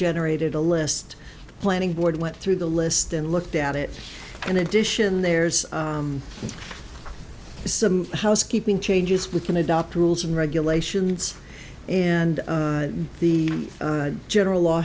generated a list planning board went through the list and looked at it in addition there's some housekeeping changes we can adopt rules and regulations and the general law